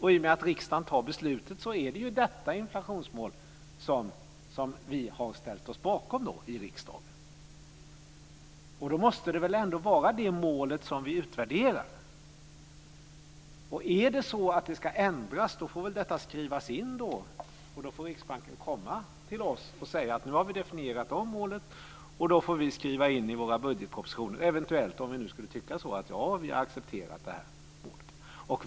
I och med att riksdagen fattar beslutet är det ju detta inflationsmål som vi har ställt oss bakom i riksdagen. Då måste det väl ändå vara det målet, som vi utvärderar. Om det ska ändras får väl detta skrivas in, och då får Riksbanken komma till oss och säga att man har definierat om målet. Då får vi eventuellt, om vi nu skulle tycka så, skriva in i vår budgetproposition att vi har accepterat det här målet.